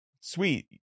sweet